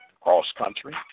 cross-country